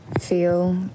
feel